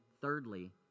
thirdly